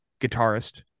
guitarist